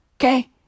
Okay